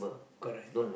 correct